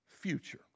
future